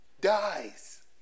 Dies